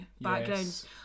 backgrounds